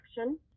action